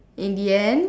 in the end